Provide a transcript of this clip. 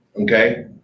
okay